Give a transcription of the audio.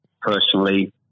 personally